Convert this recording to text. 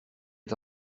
est